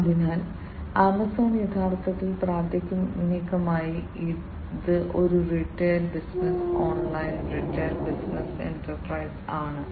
അതിനാൽ ആമസോൺ യഥാർത്ഥത്തിൽ പ്രാഥമികമായി ഇത് ഒരു retail business online retail business enterprise ആണ്